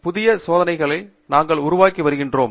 புதிய சோதனைகளை நாங்கள் உருவாக்கி வருகிறோம்